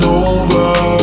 over